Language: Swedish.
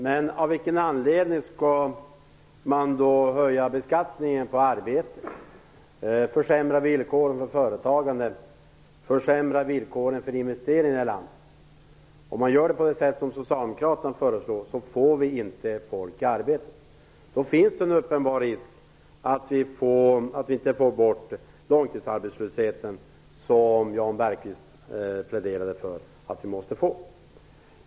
Men av vilken anledning skall man då höja beskattningen på arbete, försämra villkoren för företagandet och försämra villkoren för investeringarna i landet? Om vi gör på det sätt som Socialdemokraterna föreslår får vi inte människor i arbete. Då finns det en uppenbar risk att vi inte får bort långtidsarbetslösheten, vilket Jan Bergqvist pläderade för att vi måste få.